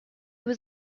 was